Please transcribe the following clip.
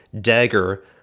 dagger